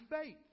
faith